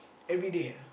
everyday ah